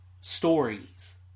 stories